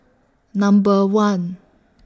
Number one